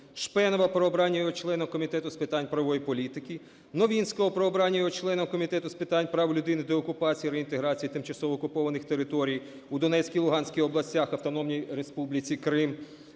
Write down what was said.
Шпенова – про обрання його членом Комітету з питань правової політики; Новинського – про обрання його членом Комітету з питань прав людини, деокупації та реінтеграції тимчасово окупованих територій у Донецькій, Луганській областях та Автономної Республіки Крим,